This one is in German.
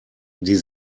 die